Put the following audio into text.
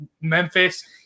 Memphis